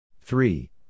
Three